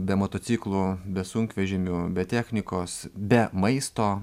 be motociklų be sunkvežimių be technikos be maisto